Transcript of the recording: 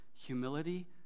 humility